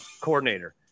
Coordinator